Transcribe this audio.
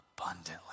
abundantly